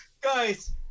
guys